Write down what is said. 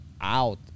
out